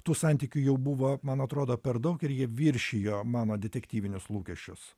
tų santykių jau buvo man atrodo per daug ir jie viršijo mano detektyvinius lūkesčius